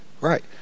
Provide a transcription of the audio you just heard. Right